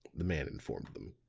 the man informed them.